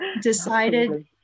decided